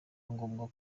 ngombwa